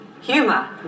Humor